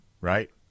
right